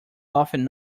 often